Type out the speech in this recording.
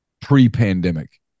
pre-pandemic